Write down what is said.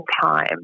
time